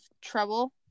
trouble